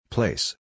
Place